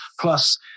Plus